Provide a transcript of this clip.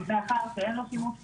מאחר שאין לו שימוש חורג.